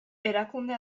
erakunde